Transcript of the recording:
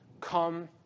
Come